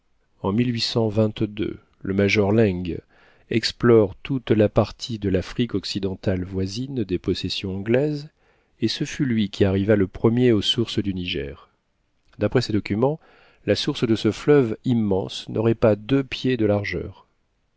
en le major laing explore toute la partie de l'afrique occidentale voisine des possessions anglaises et ce fut lui qui arriva le premier aux sources du niger d'après ses documents la source de ce fleuve immense n'aurait pas deux pieds de largeur